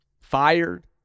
fired